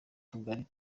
tugari